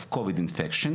במידה ונדרש,